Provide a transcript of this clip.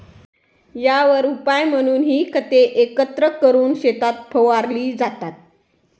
यावर उपाय म्हणून ही खते एकत्र करून शेतात फवारली जातात